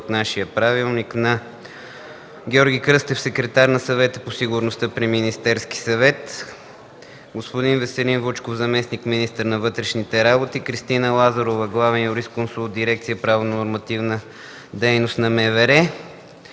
от нашия правилник на: Георги Кръстев – секретар на Съвета по сигурността при Министерския съвет; Веселин Вучков – заместник-министър на вътрешните работи; Кристина Лазарова – главен юрисконсулт в дирекция „Правно-нормативна дейност” в МВР;